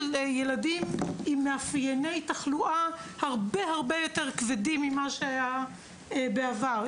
ילדים עם מאפייני תחלואה הרבה הרבה יותר כבדים ממה שהיה בעבר.